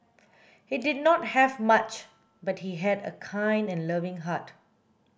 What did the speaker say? he did not have much but he had a kind and loving heart